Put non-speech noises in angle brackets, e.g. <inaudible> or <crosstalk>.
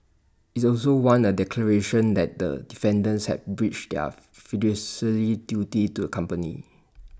IT also wants A declaration that the defendants have breached their <noise> fiduciary duties to A company